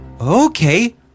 Okay